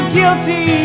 guilty